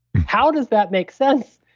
how does that make sense?